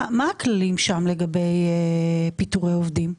מה הכללים שם לגבי פיטורי עובדים?